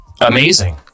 amazing